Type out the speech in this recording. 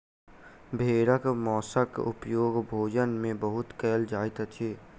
भेड़क मौंसक उपयोग भोजन में बहुत कयल जाइत अछि